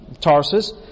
Tarsus